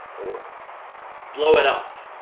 or blow it up.